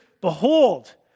Behold